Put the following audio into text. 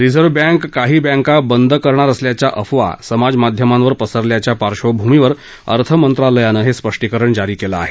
reserve bank काही बँका बंद करणार असल्याच्या अफवा समाजमाध्यमावर पसरल्याच्या पार्डभमीवर अर्थमंत्रालयानं हे स्पष्टीकरण जारी केलं आहे